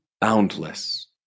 boundless